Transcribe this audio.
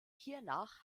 hiernach